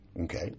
Okay